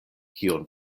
kion